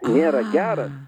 nėra geras